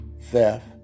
theft